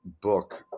book